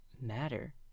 matter